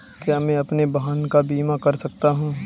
क्या मैं अपने वाहन का बीमा कर सकता हूँ?